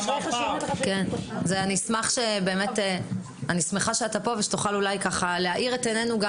אני שמחה שאתה כאן ושאולי תוכל להאיר את עינינו.